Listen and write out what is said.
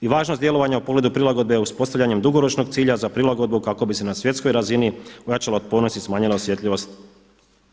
I važnost djelovanja o pogledu prilagodbe uspostavljanjem dugoročnog cilja za prilagodbu kako bi se na svjetskoj razini ojačala otpornost i smanjila osjetljivost.